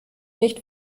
nicht